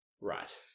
Right